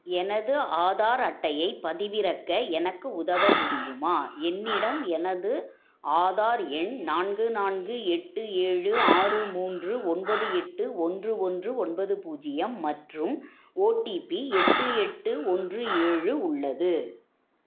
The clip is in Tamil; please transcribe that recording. எனது ஆதார் அட்டையை பதிவிறக்க எனக்கு உதவ முடியுமா என்னிடம் எனது ஆதார் எண் நான்கு நான்கு எட்டு ஏழு ஆறு மூன்று ஒன்பது எட்டு ஒன்று ஒன்று ஒன்பது பூஜ்ஜியம் மற்றும் ஓடிபி எட்டு எட்டு ஒன்று ஏழு உள்ளது